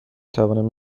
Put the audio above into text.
توانم